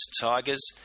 Tigers